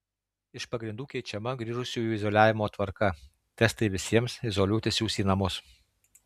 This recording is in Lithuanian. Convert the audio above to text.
iš pagrindų keičiama grįžusiųjų izoliavimo tvarką testai visiems izoliuotis siųs į namus